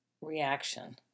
reaction